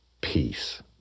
peace